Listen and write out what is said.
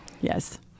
Yes